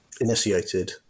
initiated